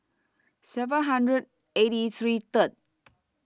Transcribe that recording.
seven hundred eighty three Third